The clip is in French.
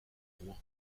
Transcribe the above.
rouen